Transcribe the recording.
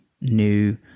new